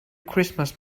christmas